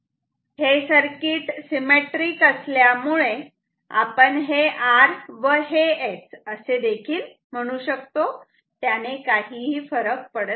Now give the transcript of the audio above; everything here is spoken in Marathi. हे सर्किट सिमेट्रीक असल्यामुळे आपण हे R व हे S असे म्हणू शकतो त्याने काहीही फरक पडत नाही